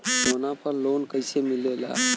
सोना पर loan कइसे मिलेला?